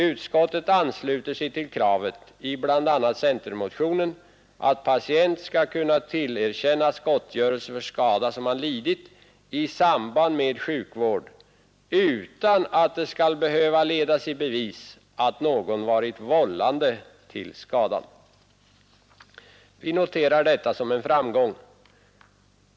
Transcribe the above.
Utskottet ansluter sig till kravet i bl.a. centermotionen att patient skall kunna tillerkännas gottgörelse för skada som han lidit i samband med sjukvård utan att det skall behöva ledas i bevis att någon varit vållande till skadan. Vi noterar detta som en framgång.